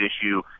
issue